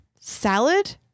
salad